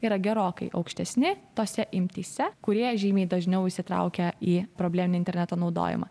yra gerokai aukštesni tose imtyse kurie žymiai dažniau įsitraukia į probleminį interneto naudojimą